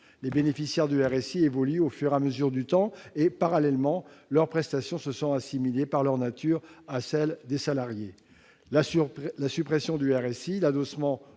Les bénéficiaires du RSI évoluent au fur et à mesure du temps, et, parallèlement, leurs prestations se sont assimilées, par leur nature, à celles qui concernent les salariés. La suppression du RSI et l'adossement